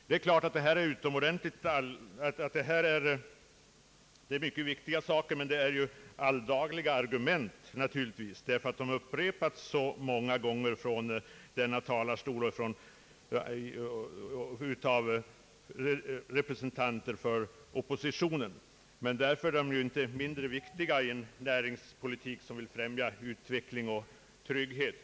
Man kan säga att sådant är alldagliga argument, som från denna talarstol har upprepats många gånger av representanter för oppositionen. Men argumen ten blir ju inte därför mindre viktiga när det gäller att få till stånd en näringspolitik som främjar utveckling och trygghet.